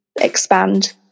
expand